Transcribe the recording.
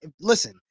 listen